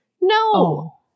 No